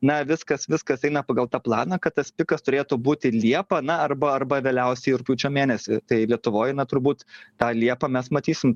na viskas viskas eina pagal tą planą kad tas pikas turėtų būti liepą na arba arba vėliausiai rugpjūčio mėnesį tai lietuvoj na turbūt tą liepą mes matysim